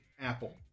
Apple